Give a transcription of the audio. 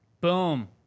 Boom